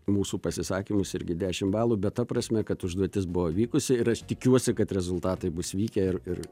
mūsų pasisakymus irgi dešim balų bet ta prasme kad užduotis buvo vykusi ir aš tikiuosi kad rezultatai bus vykę ir ir